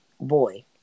Boy